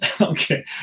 Okay